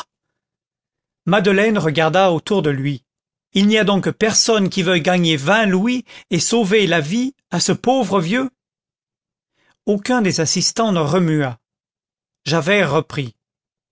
madeleine regarda autour de lui il n'y a donc personne qui veuille gagner vingt louis et sauver la vie à ce pauvre vieux aucun des assistants ne remua javert reprit